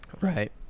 Right